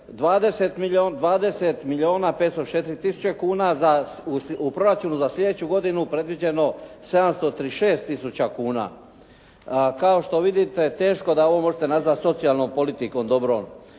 se ne razumije./… kuna u proračunu za slijedeću godinu predviđeno 736 tisuća kuna. Kao što vidite, teško da ovo možete nazvati socijalnom politikom dobrom,